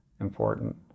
important